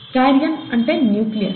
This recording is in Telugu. కారియన్ అంటే న్యూక్లియస్